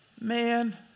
Man